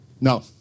no